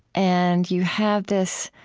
and you have this